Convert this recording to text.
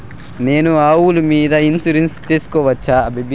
నేను ఆవుల మీద ఇన్సూరెన్సు సేసుకోవచ్చా?